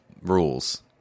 rules